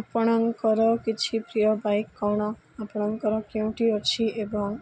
ଆପଣଙ୍କର କିଛି ପ୍ରିୟ ବାଇକ୍ କ'ଣ ଆପଣଙ୍କର କେଉଁଟି ଅଛି ଏବଂ